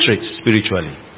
spiritually